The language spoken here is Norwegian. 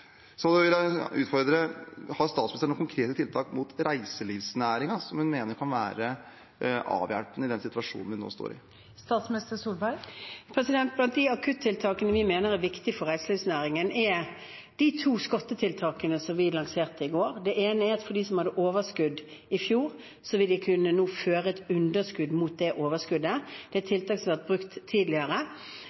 Har statsministeren noen konkrete tiltak for reiselivsnæringen som hun mener kan være avhjelpende i den situasjonen vi nå står i? Blant de akuttiltakene vi mener er viktige for reiselivsnæringen, er de to skattetiltakene som vi lanserte i går. Det ene er for dem som hadde overskudd i fjor. De vil nå kunne føre et underskudd mot overskuddet. Det er et tiltak som har vært brukt tidligere